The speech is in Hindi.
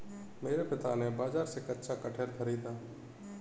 मेरे पिता ने बाजार से कच्चा कटहल खरीदा